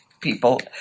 people